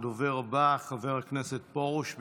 הדובר הבא, חבר הכנסת פרוש.